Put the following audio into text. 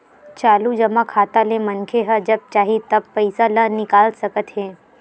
चालू जमा खाता ले मनखे ह जब चाही तब पइसा ल निकाल सकत हे